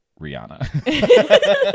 Rihanna